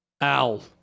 Al